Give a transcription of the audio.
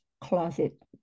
closet